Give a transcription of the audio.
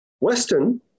Western